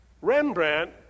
Rembrandt